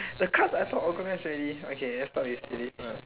the cards I thought organized already okay let's start with silly first